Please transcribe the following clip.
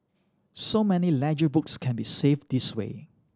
so many ledger books can be saved this way